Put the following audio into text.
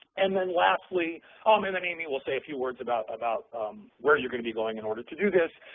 and then lastly um and then amy will say a few words about about where you're going to be going in order to do this.